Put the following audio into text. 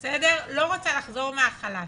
היא לא רוצה לחזור מהחל"ת.